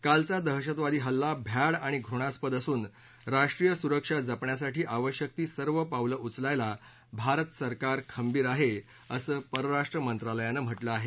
कालचा दहशतवादी हल्ला भ्याड आणि घृणास्पद असून राष्ट्रीय सुरक्षा जपण्यासाठी आवश्यक ती सर्व पावलं उचलायला भारत सरकार खंबीर आहे असं परराष्ट्र मंत्रालयानं म्हटलं आहे